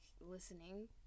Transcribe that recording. listening